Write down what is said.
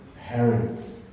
parents